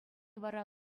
вара